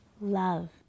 love